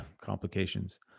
complications